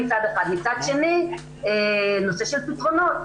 מצד שני נושא של פתרונות,